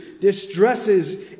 distresses